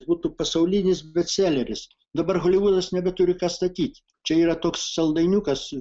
būtų pasaulinis bestseleris dabar holivudas nebeturi ką statyti čia yra toks saldainiukas